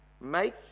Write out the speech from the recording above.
make